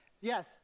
Yes